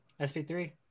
SP3